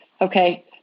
Okay